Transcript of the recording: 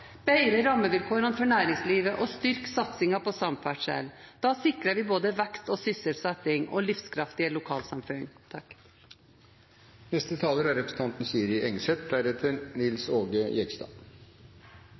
bedre rammevilkårene for næringslivet og styrke satsingen på samferdsel. Da sikrer vi både vekst i sysselsetting og livskraftige lokalsamfunn.